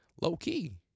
Low-key